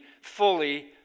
fully